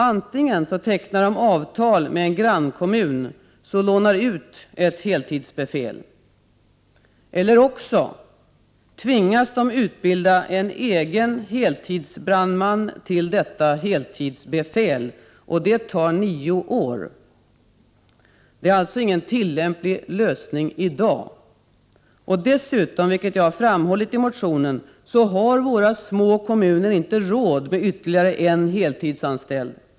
Antingen tecknar de avtal med en grannkommun, som lånar ut ett heltidsbefäl, eller också tvingas de att utbilda en egen heltidsbrandman till heltidsbefäl. Det tar nio år! Det är alltså ingen tillämplig lösning i dag. Dessutom, vilket jag har framhållit i motionen, har små kommuner inte råd med ytterligare en heltidsanställd.